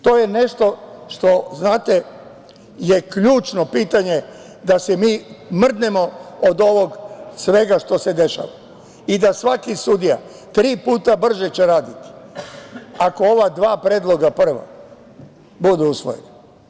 To je nešto što je ključno pitanje da se mi mrdnemo od ovog svega što se dešava i da svaki sudija tri puta brže će raditi ako ova dva predloga prva budu usvojeni.